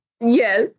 Yes